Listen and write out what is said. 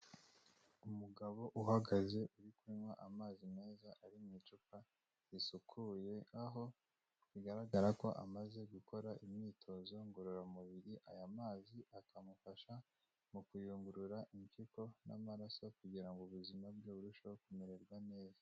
Umugabo uhagaze uri kunywa amazi meza ari mu icupa risukuye, aho bigaragara ko amaze gukora imyitozo ngororamubiri, aya mazi akamufasha mu kuyungurura impyiko n'amaraso, kugira ngo ubuzima bwe burusheho kumererwa neza.